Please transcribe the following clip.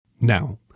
Now